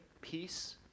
peace